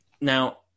Now